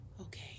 Okay